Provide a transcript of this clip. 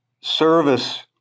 service